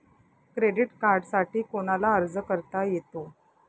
Credit कार्डसाठी कोणाला अर्ज करता येतो?